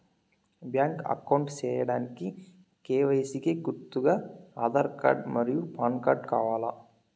Bank account సేయడానికి KYC కి గుర్తుగా ఆధార్ కార్డ్ మరియు పాన్ కార్డ్ కావాలా?